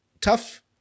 tough